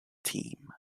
team